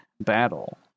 battle